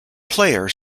player